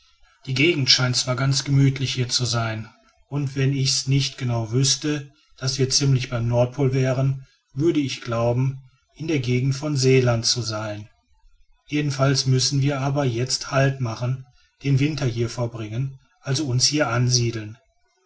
die gegend scheint zwar ganz gemütlich hier zu sein und wenn ich's nicht genau wüßte daß wir ziemlich beim nordpol wären würde ich glauben in der gegend von seeland zu sein jedenfalls müssen wir aber jetzt halt machen den winter hier verbringen also uns hier ansiedeln